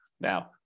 Now